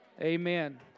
Amen